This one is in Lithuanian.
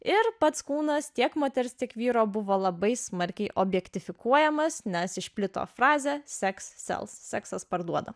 ir pats kūnas tiek moters tiek vyro buvo labai smarkiai objektifikuojamas nes išplito frazė seks sau seksas parduoda